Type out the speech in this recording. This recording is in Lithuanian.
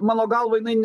mano galva jinai